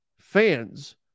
Fans